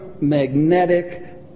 magnetic